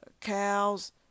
cows